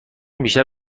بیشتر